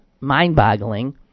mind-boggling